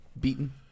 Beaten